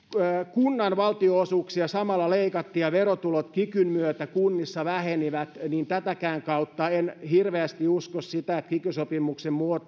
kuntien valtionosuuksia samalla leikattiin ja verotulot kikyn myötä kunnissa vähenivät niin tätäkään kautta en hirveästi usko sitä että kiky sopimuksen